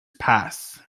pass